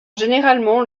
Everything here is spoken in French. généralement